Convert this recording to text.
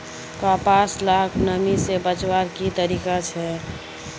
कपास लाक नमी से बचवार की तरीका छे?